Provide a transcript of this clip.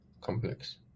complex